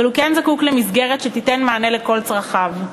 אבל הוא כן זקוק למסגרת שתיתן מענה לכל צרכיו.